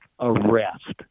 arrest